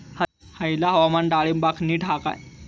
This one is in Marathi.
हयला हवामान डाळींबाक नीट हा काय?